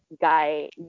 guy